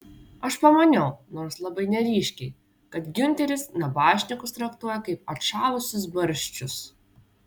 aš pamaniau nors labai neryškiai kad giunteris nabašnikus traktuoja kaip atšalusius barščius